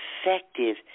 effective